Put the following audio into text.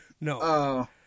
No